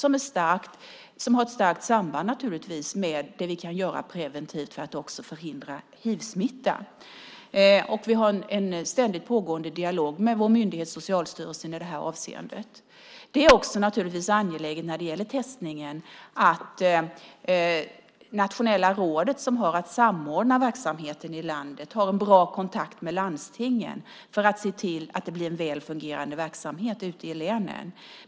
Detta har ett starkt samband med det vi kan göra preventivt för att förhindra hivsmitta. Vi har en ständigt pågående dialog med vår myndighet Socialstyrelsen i detta avseende. Det är också naturligtvis angeläget när det gäller testningen att Nationella rådet, som har att samordna verksamheten i landet, har bra kontakt med landstingen för att se till att det blir en väl fungerande verksamhet ute i länen.